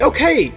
Okay